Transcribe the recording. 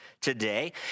today